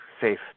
safe